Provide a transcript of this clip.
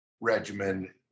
regimen